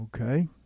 Okay